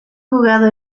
jugado